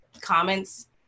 comments